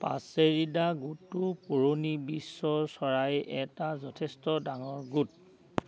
পাছেৰিডা গোটটো পুৰণি বিশ্বৰ চৰাইৰ এটা যথেষ্ট ডাঙৰ গোট